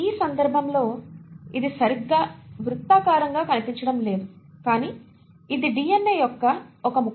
ఈ సందర్భంలో అది సరిగ్గా వృత్తాకారంగా కనిపించడం లేదు కానీ ఇది DNA యొక్క ఒకే ముక్క